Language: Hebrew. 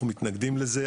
אנחנו מתנגדים לזה,